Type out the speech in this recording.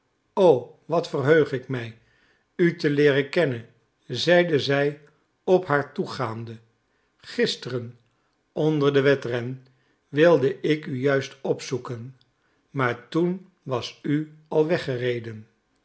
o wat verheug ik mij u te leeren kennen zeide zij op haar toegaande gisteren onder den wedren wilde ik u juist opzoeken maar toen was u al weggereden